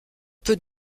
peut